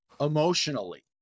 emotionally